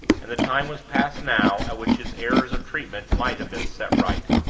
and the time was past now at which his errors of treatment might have been set right.